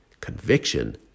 Conviction